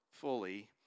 fully